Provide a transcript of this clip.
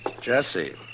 Jesse